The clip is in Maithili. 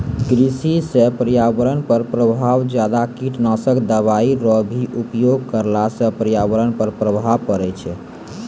कृषि से पर्यावरण पर प्रभाव ज्यादा कीटनाशक दवाई रो भी उपयोग करला से पर्यावरण पर प्रभाव पड़ै छै